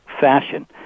fashion